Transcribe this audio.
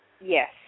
Yes